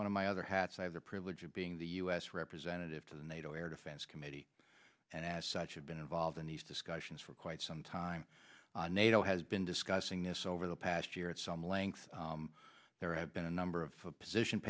one of my other hats i have the privilege of being the u s representative to the nato air defense committee and as such have been involved in these discussions for quite some time nato has been discussing this over the past year at some length there have been a number of position